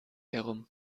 herum